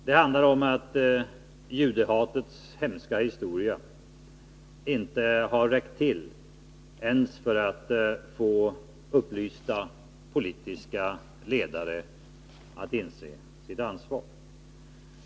Det handlar om att judehatets hemska historia inte har räckt till ens för att få upplysta politiska ledare att inse sitt ansvar.